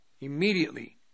immediately